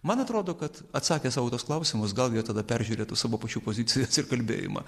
man atrodo kad atsakę sau į tuos klausimus gal jie tada peržiūrėtų savo pačių pozicijas ir kalbėjimą